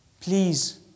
Please